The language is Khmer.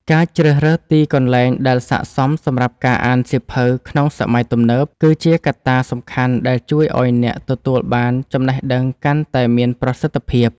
ការជ្រើសរើសទីកន្លែងដែលសក្ដិសមសម្រាប់ការអានសៀវភៅក្នុងសម័យទំនើប គឺជាកត្តាសំខាន់ដែលជួយឱ្យអ្នកទទួលបានចំណេះដឹងកាន់តែមានប្រសិទ្ធភាព។